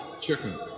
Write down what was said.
chicken